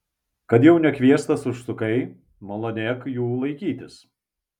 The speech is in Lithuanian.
kad jau nekviestas užsukai malonėk jų laikytis